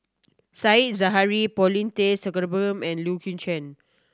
Said Zahari Paulin Tay Straughan and Leu Yew Chye